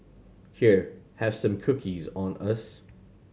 here have some cookies on us